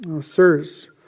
Sirs